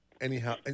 Anyhow